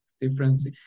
difference